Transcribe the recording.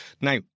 now